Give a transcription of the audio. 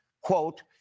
quote